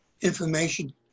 information